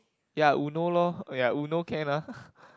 ya Uno lor oh ya Uno can ah